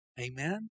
Amen